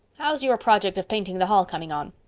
how's your project of painting the hall coming on?